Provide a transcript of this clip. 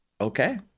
Okay